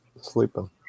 sleeping